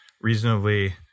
reasonably